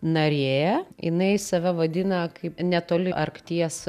narė jinai save vadina kaip netoli arkties